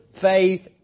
faith